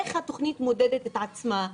איך התוכנית מודדת על עצמה.